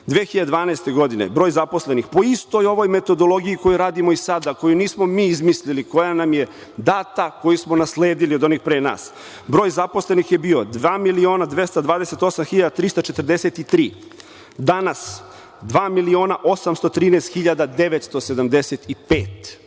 2012. godine broj zaposlenih, po istoj ovoj metodologiji koju radimo i sada, koju nismo mi izmislili, koja nam je data, koju smo nasledili od onih pre nas, broj zaposlenih je bio 2.228.343, a danas je 2.813.875.